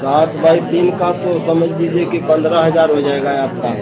सात बाई तीन का तो समझ लीजिए कि पंद्रह हजार हो जाएगा आपका